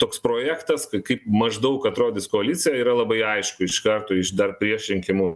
toks projektas kaip maždaug atrodys koalicija yra labai aišku iš karto iš dar prieš rinkimų